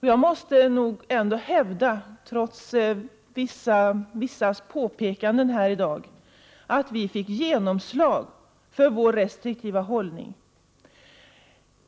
Jag måste hävda, trots vissa påpekanden här i dag, att vi fick genomslag för vår restriktiva hållning.